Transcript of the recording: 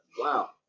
Wow